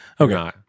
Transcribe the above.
Okay